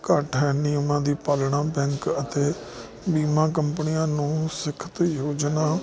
ਘੱਟ ਹੈ ਨਿਯਮਾਂ ਦੀ ਪਾਲਣਾ ਬੈਂਕ ਅਤੇ ਬੀਮਾ ਕੰਪਨੀਆਂ ਨੂੰ ਸਿੱਖਤ ਯੋਜਨਾ